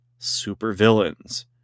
Supervillains